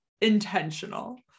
intentional